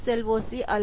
400 KSLOC அளவு